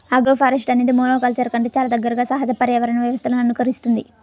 agroforestry అనేది మోనోకల్చర్ల కంటే చాలా దగ్గరగా సహజ పర్యావరణ వ్యవస్థలను అనుకరిస్తుంది